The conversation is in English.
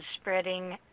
spreading